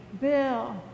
Bill